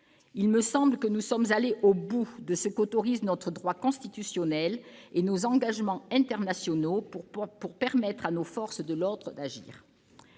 Il me semble que nous sommes allés au bout de ce qu'autorisent notre droit constitutionnel et nos engagements internationaux pour permettre à nos forces de l'ordre d'agir.